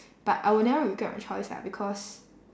but I will never regret my choice lah because